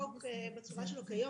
החוק בצורה שלו כיום,